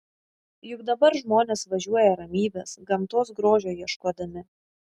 juk dabar žmonės važiuoja ramybės gamtos grožio ieškodami